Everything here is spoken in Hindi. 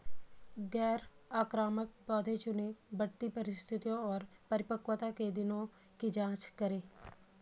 गैर आक्रामक पौधे चुनें, बढ़ती परिस्थितियों और परिपक्वता के दिनों की जाँच करें